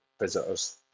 visitors